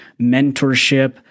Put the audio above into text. mentorship